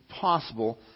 possible